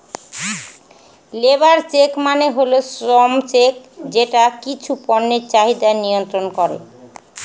labour check মানে হল শ্রম চেক যেটা কিছু পণ্যের চাহিদা মিয়ন্ত্রন করে